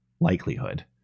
likelihood